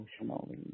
emotionally